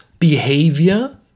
behavior